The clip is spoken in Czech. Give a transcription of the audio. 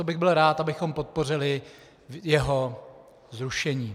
Proto bych byl rád, abychom podpořili jeho zrušení.